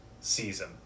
season